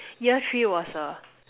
year three was a